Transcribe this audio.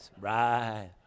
Right